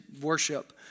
worship